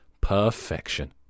Perfection